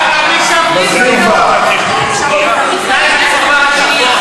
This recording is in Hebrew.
(חבר הכנסת מיקי לוי יוצא מאולם המליאה.) חבר הכנסת טיבי,